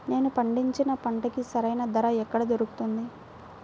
నేను పండించిన పంటకి సరైన ధర ఎక్కడ దొరుకుతుంది?